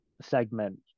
segment